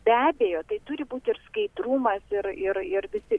be abejo tai turi būt ir skaidrumas ir ir ir visi